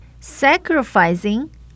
sacrificing